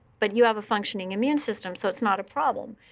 but you have a functioning immune system, so it's not a problem.